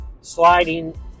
sliding